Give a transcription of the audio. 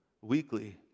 weekly